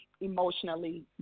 emotionally